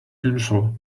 tinsel